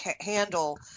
handle